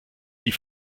die